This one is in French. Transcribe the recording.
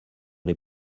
les